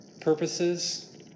purposes